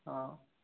অঁ